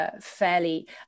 fairly